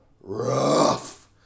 rough